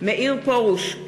מאיר פרוש,